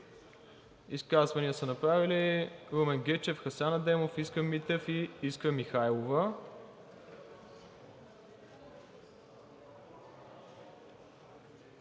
Изказвания са направили Румен Гечев, Хасан Адемов, Искрен Митев и Искра Михайлова.